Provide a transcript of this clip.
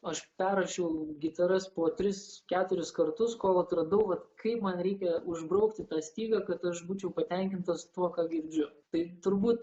aš perrašiau gitaras po tris keturis kartus kol atradau vat kaip man reikia užbraukti tą stygą kad aš būčiau patenkintas tuo ką girdžiu tai turbūt